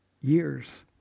years